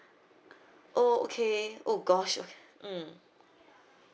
oh okay oh gosh mm